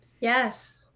Yes